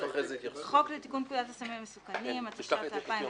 הצעת חוק לתיקון פקודת הסמים המסוכנים (מס' ...),